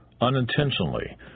unintentionally